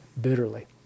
bitterly